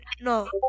no